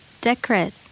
decorate